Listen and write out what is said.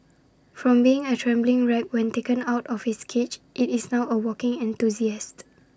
from being A trembling wreck when taken out of its cage IT is now A walking enthusiast